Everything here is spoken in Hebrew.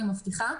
אני מבטיחה.